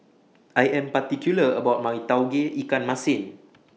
I Am particular about My Tauge Ikan Masin